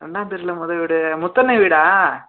ரெண்டாம் தெருவில் முத வீடு முத்தண்ணன் வீடா